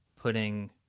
putting